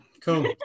cool